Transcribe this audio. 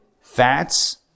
fats